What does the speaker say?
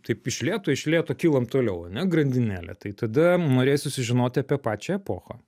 taip iš lėto iš lėto kylam toliau ane grandinėlė tai tada norėjos susižinoti apie pačią epochą